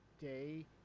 day